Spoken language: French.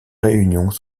réunions